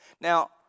Now